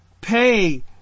pay